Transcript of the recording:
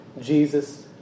Jesus